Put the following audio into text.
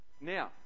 Now